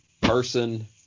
person